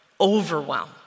Overwhelm